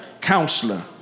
Counselor